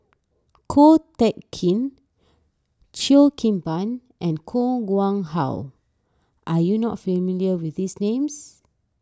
Ko Teck Kin Cheo Kim Ban and Koh Nguang How are you not familiar with these names